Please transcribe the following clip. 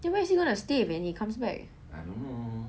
then where's he gonna stay when he comes back